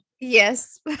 yes